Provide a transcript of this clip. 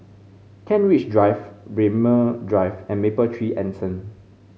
Kent Ridge Drive Braemar Drive and Mapletree Anson